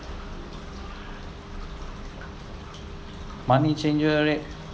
money changer rate